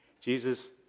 Jesus